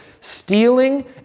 stealing